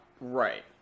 Right